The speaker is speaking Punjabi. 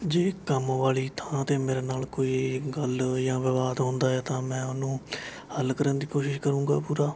ਜੇ ਕੰਮ ਵਾਲੀ ਥਾਂ 'ਤੇ ਮੇਰੇ ਨਾਲ਼ ਕੋਈ ਗੱਲ ਜਾਂ ਵਿਵਾਦ ਹੁੰਦਾ ਹੈ ਤਾਂ ਮੈਂ ਉਹਨੂੰ ਹੱਲ ਕਰਨ ਦੀ ਕੋਸ਼ਿਸ਼ ਕਰੂੰਗਾ ਪੂਰਾ